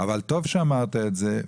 אבל טוב שאמרת את זה.